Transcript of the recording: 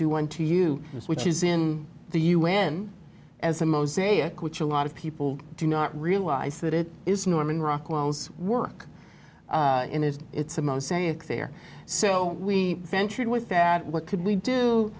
do unto you which is in the u n as a mosaic which a lot of people do not realize that it is norman rockwell's work in his it's a mosaic there so we ventured with that what could we do